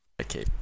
Okay